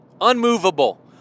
Unmovable